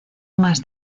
más